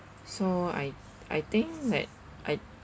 so I I think that I